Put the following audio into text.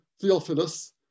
Theophilus